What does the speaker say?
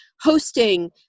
hosting